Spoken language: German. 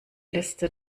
liste